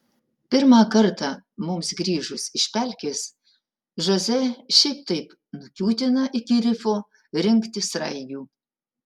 pirmą kartą mums grįžus iš pelkės žoze šiaip taip nukiūtina iki rifo rinkti sraigių